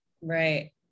Right